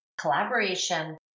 collaboration